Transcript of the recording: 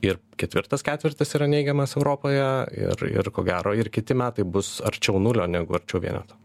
ir ketvirtas ketvirtis yra neigiamas europoje ir ir ko gero ir kiti metai bus arčiau nulio negu arčiau vieneto